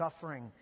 suffering